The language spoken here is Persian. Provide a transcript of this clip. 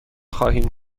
خواهیم